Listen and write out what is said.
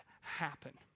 happen